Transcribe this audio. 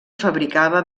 fabricava